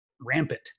rampant